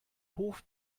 hof